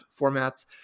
formats